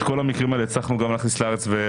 כל המקרים בעניינם פניתי הצלחנו להכניס לארץ.